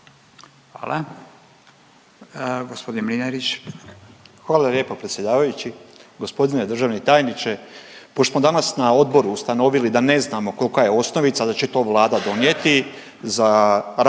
Stipo (DP)** Hvala lijepo predsjedavajući, g. državni tajniče. Pošto smo danas na odboru ustanovili da ne znamo kolika je osnovica, da će to Vlada donijeti za ratne